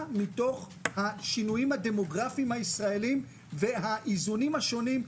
מהשינויים הדמוגרפיים הישראליים והאיזונים השונים,